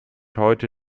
heute